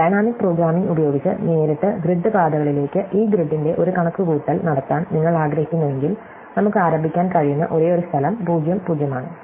dynamic programming ഉപയോഗിച്ച് നേരിട്ട് grid പാതകളിലേക്ക് ഈ ഗ്രിഡിന്റെ ഒരു കണക്കുകൂട്ടൽ നടത്താൻ നിങ്ങൾ ആഗ്രഹിക്കുന്നുവെങ്കിൽ നമ്മുക്ക് ആരംഭിക്കാൻ കഴിയുന്ന ഒരേയൊരു സ്ഥലം 00 ആണ്